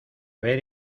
ver